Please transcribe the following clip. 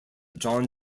john